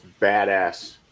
badass